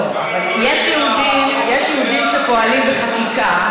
לא, אבל יש יהודים שפועלים בחקיקה,